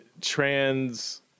trans